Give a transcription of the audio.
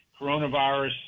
coronavirus